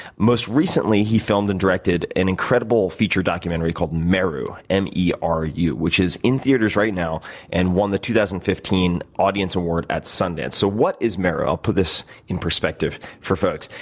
most recently, he filmed and directed an incredible feature documentary called meru, m e r u, which is in theaters right now and won the two thousand and fifteen audience award at sundance. so what is meru? i'll put this in perspective for folks.